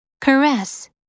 Caress